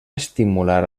estimular